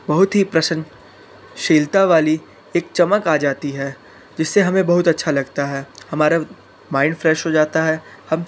बहुत ही प्रसन्न शीलता वाली एक चमक आ जाती है जिससे हमें बहुत अच्छा लगता है हमारा माइंड फ्रेश हो जाता है हम